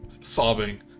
sobbing